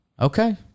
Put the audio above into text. okay